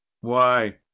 Why